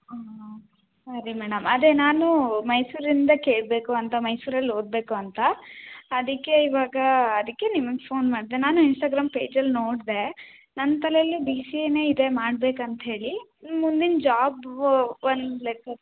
ಹಾಂ ಸರಿ ಮೇಡಮ್ ಅದೆ ನಾನು ಮೈಸೂರಿಂದೆ ಕೇಳಬೇಕು ಅಂತ ಮೈಸೂರಲ್ಲಿ ಓದಬೇಕು ಅಂತ ಅದಕ್ಕೆ ಇವಾಗ ಅದಕ್ಕೆ ನಿಮಿಗೆ ಫೋನ್ ಮಾಡಿದೆ ನಾನು ಇನ್ಸ್ಟಾಗ್ರಾಮ್ ಪೇಜಲ್ಲಿ ನೋಡಿದೆ ನನ್ನ ತಲೆಯಲ್ಲು ಬಿ ಸಿ ಎನೇ ಇದೆ ಮಾಡ್ಬೇಕು ಅಂತ ಹೇಳಿ ಮುಂದಿಂದು ಜಾಬಿಗು ಒಂದು ಲೆಕ್ಕಕ್ಕೆ